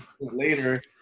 Later